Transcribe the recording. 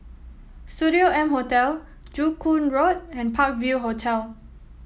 Studio M Hotel Joo Koon Road and Park View Hotel